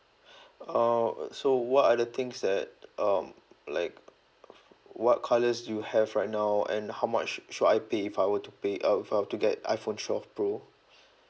uh so what are the things that um like what colours do you have right now and how much shou~ should I pay if I were to pay uh if I want to get iphone twelve pro